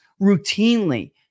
routinely